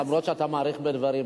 אף-על-פי שאתה מאריך בדברים,